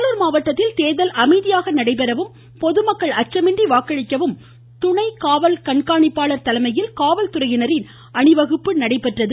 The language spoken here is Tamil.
கடலூர் கடலூர் மாவட்டத்தில் தேர்தல் அமைதியாக நடைபெறவும் பொதுமக்கள் அச்சமின்றி வாக்களிக்கவும் துணை காவல் கண்காணிப்பாளர் தலைமையில் காவல்துறையின் அணிவகுப்பு நடைபெற்றது